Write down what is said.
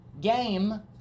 game